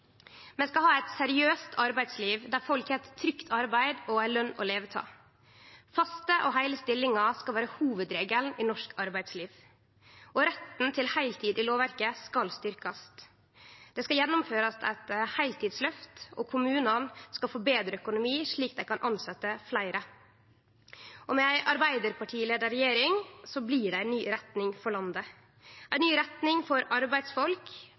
skal ha eit seriøst arbeidsliv, der folk har eit trygt arbeid og ei løn å leve av. Faste og heile stillingar skal vere hovudregelen i norsk arbeidsliv, og retten til heiltid skal styrkjast i lovverket. Det skal gjennomførast eit heiltidsløft, og kommunane skal få betre økonomi, slik at dei kan tilsetje fleire. Med ei arbeidarpartileidd regjering blir det ei ny retning for landet, ei ny retning for arbeidsfolk